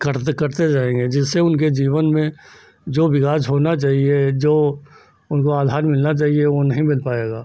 कटते कटते जाएँगे जिससे उनके जीवन में जो विकास होना चाहिए जो उनको आधार मिलना चाहिए वह नहीं मिल पाएगा